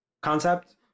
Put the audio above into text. concept